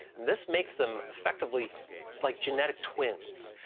this makes them effectively like genetic twins.